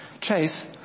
Chase